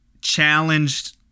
challenged